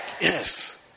Yes